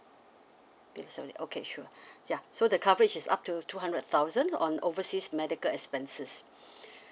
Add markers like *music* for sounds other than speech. below seventy okay sure *breath* ya so the coverage is up to two hundred thousand on overseas medical expenses *breath*